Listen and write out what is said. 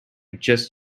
just